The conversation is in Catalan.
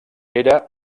era